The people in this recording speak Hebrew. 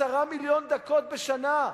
10 מיליון דקות בשנה,